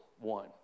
one